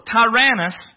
Tyrannus